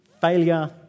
failure